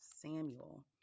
Samuel